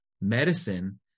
medicine